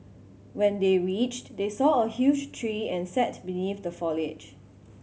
when they reached they saw a huge tree and sat beneath the foliage